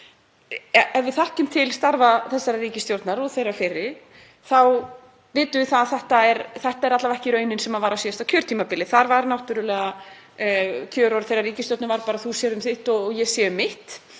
Ef við þekkjum til starfa þessarar ríkisstjórnar og þeirrar fyrri þá vitum við að þetta var alla vega ekki raunin á síðasta kjörtímabili. Þar var náttúrlega kjörorð ríkisstjórnarinnar bara: Þú sérð um þitt og ég sé um mitt.